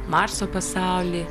marso pasaulį